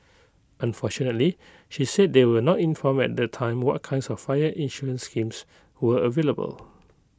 unfortunately she said they were not informed at the time what kinds of fire insurance schemes were available